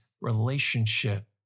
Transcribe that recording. relationship